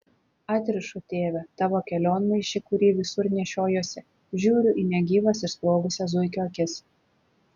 atrišu tėve tavo kelionmaišį kurį visur nešiojuosi žiūriu į negyvas išsprogusias zuikio akis